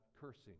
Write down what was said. cursing